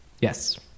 Yes